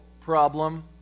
problem